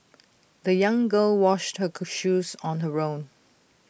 the young girl washed her shoes on her own